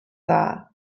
dda